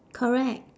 correct